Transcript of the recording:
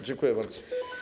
Dziękuję bardzo.